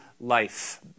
life